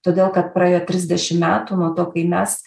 todėl kad praėjo trisdešim metų nuo to kai mes